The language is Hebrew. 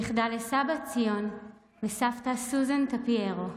נכדה לסבא ציון וסבתא סוזן טפיירו,